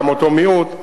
גם אותו מיעוט,